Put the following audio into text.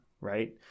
right